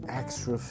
extra